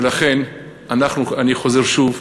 ולכן אני חוזר שוב,